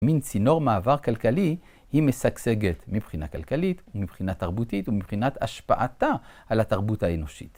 מין צינור מעבר כלכלי היא משגשגת מבחינה כלכלית, ומבחינה תרבותית ומבחינת השפעתה על התרבות האנושית.